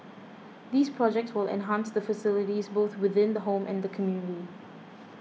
these projects will enhance the facilities both within the home and the community